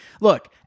look